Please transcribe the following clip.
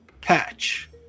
patch